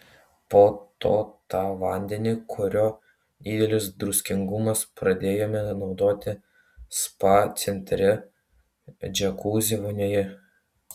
po to tą vandenį kurio didelis druskingumas pradėjome naudoti spa centre džiakuzi vonioje